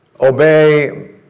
obey